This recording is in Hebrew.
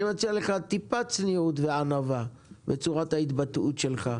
אני מציע לך טיפה צניעות וענווה בצורת ההתבטאות שלך.